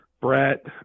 Brett